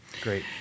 great